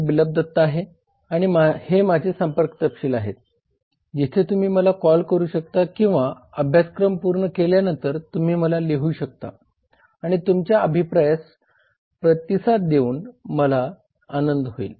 बिप्लब दत्ता आहे आणि हे माझे संपर्क तपशील आहेत जिथे तुम्ही मला कॉल करू शकता किंवा अभ्यासक्रम पूर्ण केल्यानंतर तुम्ही मला लिहू शकता आणि तुमच्या अभिप्रायास प्रतिसाद देऊन मला खूप आनंद होईल